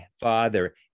father